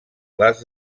les